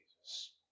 Jesus